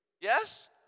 Yes